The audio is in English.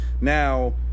now